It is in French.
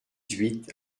huit